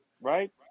right